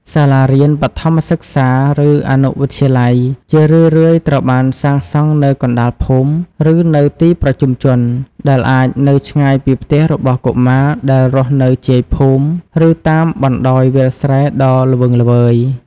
សាលារៀនបឋមសិក្សា ឬអនុវិទ្យាល័យ ជារឿយៗត្រូវបានសាងសង់នៅកណ្តាលភូមិ ឬនៅទីប្រជុំជន ដែលអាចនៅឆ្ងាយពីផ្ទះរបស់កុមារដែលរស់នៅជាយភូមិ ឬតាមបណ្តោយវាលស្រែដ៏ល្វឹងល្វើយ។